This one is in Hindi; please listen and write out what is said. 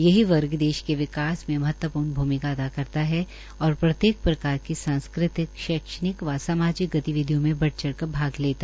यही वर्ग देश के विकास में महत्वपूर्ण भूमिका अदा करता है और प्रत्येक प्रकार की सांस्कृतिक शैक्षणिक व सामाजिक गतिविधियों में बढ़ चढ़ कर भाग लेता है